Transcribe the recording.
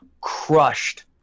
crushed